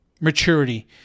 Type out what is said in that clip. maturity